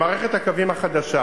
במערכת הקווים החדשה